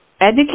educate